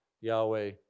Yahweh